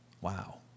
Wow